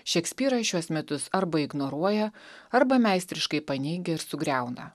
šekspyrą šiuos metus arba ignoruoja arba meistriškai paneigia ir sugriauna